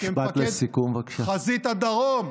כמפקד חזית הדרום,